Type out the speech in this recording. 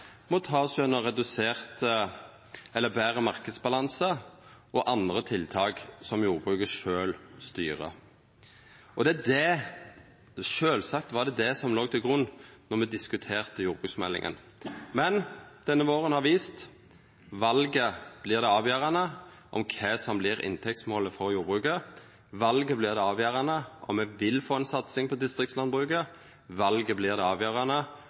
må vera betre marknadsbalanse og andre tiltak som jordbruket sjølv styrer. Og sjølvsagt var det det som låg til grunn då me diskuterte jordbruksmeldinga. Men denne våren har vist at valet vert avgjerande for kva som vert inntektsmålet for jordbruket. Valet vert avgjerande for om me vil få ei satsing på distriktslandbruket. Valet vert avgjerande for om me vil få eit løft for alle typar bruk. For det